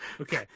Okay